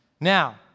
Now